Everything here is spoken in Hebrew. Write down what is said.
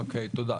אוקיי, תודה.